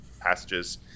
passages